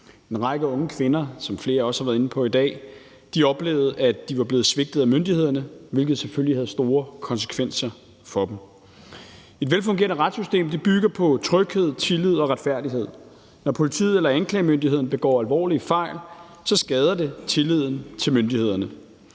En række unge kvinder oplevede, som flere også har været inde på i dag, at de var blevet svigtet af myndighederne, hvilket selvfølgelig havde store konsekvenser for dem. Et velfungerende retssystem bygger på tryghed, tillid og retfærdighed, og når politiet eller anklagemyndigheden begår alvorlige fejl, skader det tilliden til myndighederne.